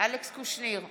אלכס קושניר,